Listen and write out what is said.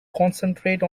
concentrate